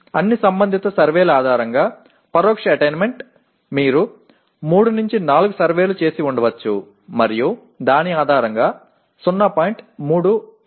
అన్ని సంబంధిత సర్వేల ఆధారంగా పరోక్ష అటైన్మెంట్ మీరు 3 4 సర్వేలు చేసి ఉండవచ్చు మరియు దాని ఆధారంగా 0